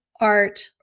art